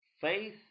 Faith